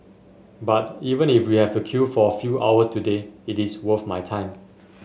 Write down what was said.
but even if we have to queue for a few hours today it's worth my time